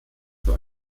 für